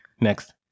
Next